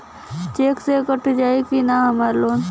Check से कट जाई की ना हमार लोन?